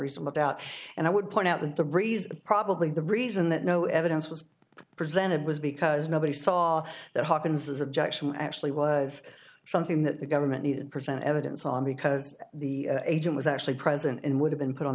reasonable doubt and i would point out that the breeze probably the reason that no evidence was presented was because nobody saw that hawkins his objection actually was something that the government needed present evidence on because the agent was actually present in would have been put on